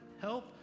help